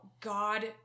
God